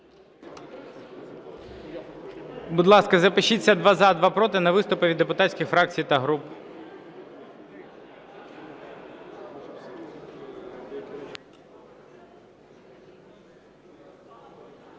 Будь ласка, запишіться: два – за, два – проти, на виступи від депутатських фракцій та груп.